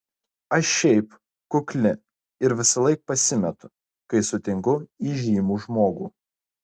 aš šiaip kukli ir visąlaik pasimetu kai sutinku įžymų žmogų